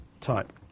type